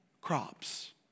crops